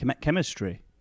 chemistry